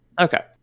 Okay